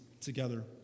together